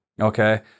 Okay